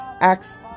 acts